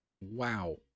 Wow